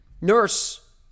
Nurse